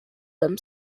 them